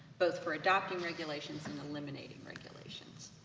both for adopting regulations and eliminating regulations.